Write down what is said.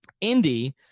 Indy